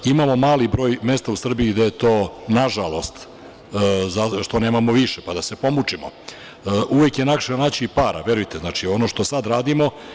Imamo mali broj mesta u Srbiji gde je to, nažalost što nemamo više pa da se pomučimo, uvek je lakše naći para, verujte, ono što sad radimo.